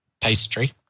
pastry